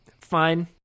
fine